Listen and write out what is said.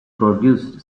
produced